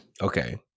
Okay